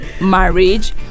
marriage